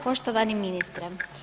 Poštovani ministre.